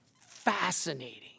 Fascinating